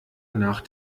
nach